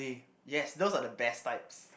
yes those are the best types